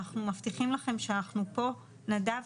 אנחנו מבטיחים לכם שאנחנו פה נדב,